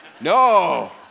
No